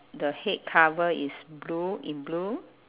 the head cover is blue in blue